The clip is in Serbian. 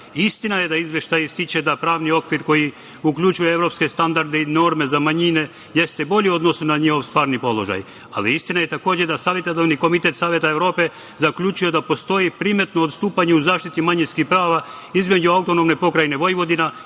jaka. Istina je da izveštaj ističe da pravni okvir koji uključuje evropske standarde i norme za manjine jeste bolji u odnosu na njihov stvarni položaj, ali istina je, takođe, da Savetodavni komitet saveta Evrope zaključuje da postoji primetno odstupanje u zaštiti manjinskih prava između AP Vojvodine